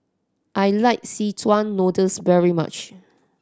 I like szechuan noodles very much